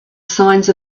signs